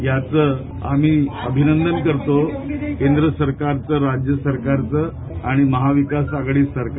याच आम्ही अभिनंदन करतो केंद्र सरकार राज्य सरकार आणि महाविकास आघाडी सरकार